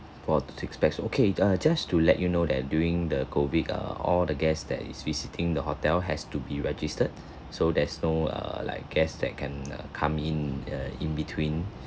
for two to six pax okay uh just to let you know that during the COVID err all the guest that is visiting the hotel has to be registered so there's no err like guest that can uh come in err in between